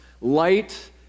light